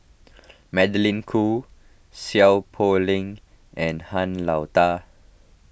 Magdalene Khoo Seow Poh Leng and Han Lao Da